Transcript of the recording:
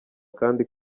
kandi